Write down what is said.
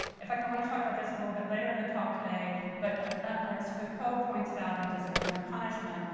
in fact, i want to talk about this a little bit later in the talk today. but ah as foucault points out in discipline and punishment,